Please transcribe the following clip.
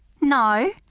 No